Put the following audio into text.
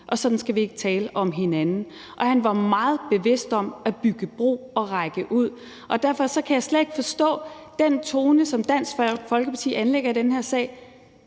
vi ikke skal tale sådan om hinanden. Han var meget bevidst om at bygge bro og række ud. Og derfor kan jeg slet ikke forstå den tone, som Dansk Folkeparti anlægger i den her sag.